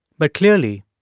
but clearly,